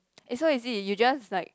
it's so easy you just like